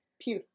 pew